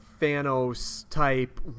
Thanos-type